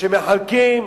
וכשמחלקים